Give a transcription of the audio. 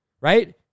right